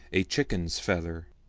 a chicken's feather.